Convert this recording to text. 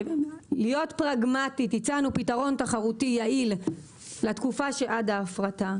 להיות פרגמטית הצענו פתרון תחרותי יעיל לתקופה שעד ההפרטה.